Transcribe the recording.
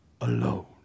alone